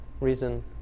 reason